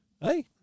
hey